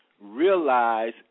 realize